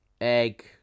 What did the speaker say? egg